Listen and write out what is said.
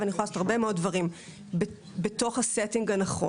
אני יכולה לעשות הרבה מאוד דברים בתוך ה-Setting הנכון.